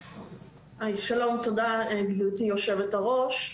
שלום, תודה גברתי יושבת הראש.